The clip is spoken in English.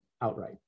outright